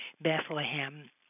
Bethlehem